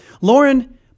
Lauren